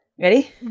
Ready